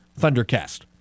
thundercast